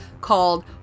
called